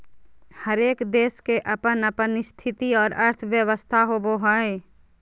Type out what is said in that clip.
हरेक देश के अपन अपन स्थिति और अर्थव्यवस्था होवो हय